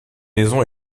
maison